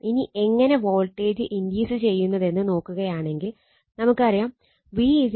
ഇനി എങ്ങനെ voltage induce ചെയ്യുന്നതെന്ന് നോക്കുകയാണെങ്കിൽ നമുക്കറിയാം v N d ∅ d t ആണ്